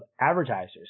advertisers